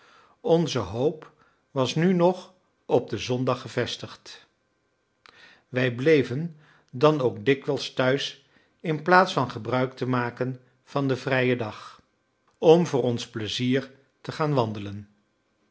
onze hoop was nu nog op den zondag gevestigd wij bleven dan ook dikwijls thuis inplaats van gebruik te maken van den vrijen dag om voor ons pleizier te gaan wandelen